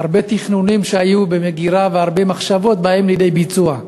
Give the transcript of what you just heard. הרבה תכנונים שהיו במגירה והרבה מחשבות באים לידי ביצוע.